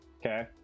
Okay